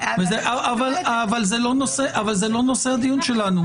אבל זה לא נושא הדיון שלנו.